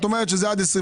את אומרת שזה עד 25